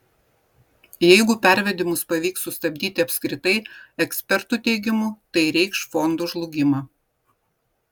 jeigu pervedimus pavyks sustabdyti apskritai ekspertų teigimu tai reikš fondų žlugimą